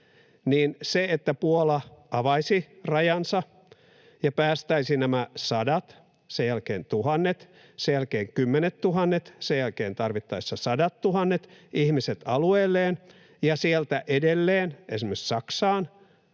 että Puola avaisi rajansa ja päästäisi nämä sadat, sen jälkeen tuhannet, sen jälkeen kymmenettuhannet, sen jälkeen tarvittaessa sadattuhannet ihmiset alueelleen ja siellä edelleen esimerkiksi Saksaan,